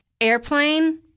airplane